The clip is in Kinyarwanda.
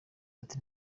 ati